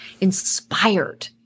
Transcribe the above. inspired